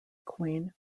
queen